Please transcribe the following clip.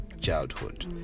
childhood